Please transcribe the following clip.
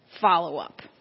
follow-up